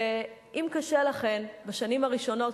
ואם קשה לכן בשנים הראשונות,